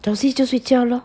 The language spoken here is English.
drowsy 就睡觉 lor